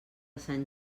sant